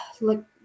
look